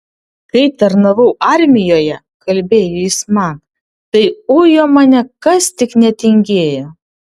kai tarnavau armijoje kalbėjo jis man tai ujo mane kas tik netingėjo